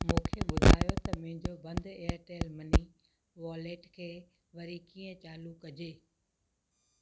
मूंखे ॿुधायो त मुंहिंजो बंदि एयरटेल मनी वॉलेट खे वरी कीअं चालू कजे